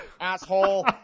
asshole